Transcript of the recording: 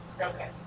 Okay